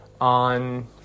on